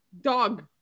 Dog